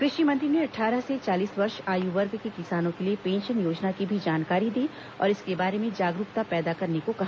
कृषि मंत्री ने अट्ठारह से चालीस वर्ष आयु वर्ग के किसानों के लिए पेंशन योजना की भी जानकारी दी और इसके बारे में जागरूकता पैदा करने को कहा